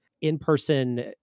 in-person